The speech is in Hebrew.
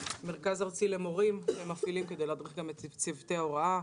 מרכז ארצי למורים שמפעילים כדי להדריך גם את צוותי ההוראה.